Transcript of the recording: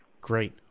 Great